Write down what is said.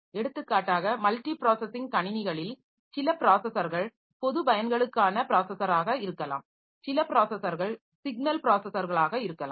எடுத்துக்காட்டாக multi processing கணினிகளில் சில ப்ராஸஸர்கள் பொதுப் பயன்களுக்கான ப்ராஸஸராக இருக்கலாம் சில ப்ராஸஸர்கள் சிக்னல் ப்ராஸஸர்களாக இருக்கலாம்